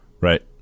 Right